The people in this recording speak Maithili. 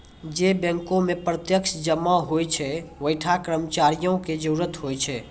जै बैंको मे प्रत्यक्ष जमा होय छै वैंठा कर्मचारियो के जरुरत होय छै